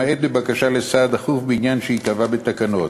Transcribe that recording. למעט בבקשה לסעד דחוף בעניין שייקבע בתקנות,